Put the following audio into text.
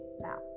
now